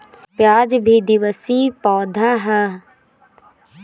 प्याज भी द्विवर्षी पौधा हअ